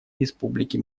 республики